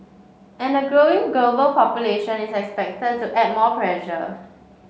and a growing global population is expected to add more pressure